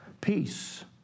Peace